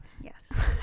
Yes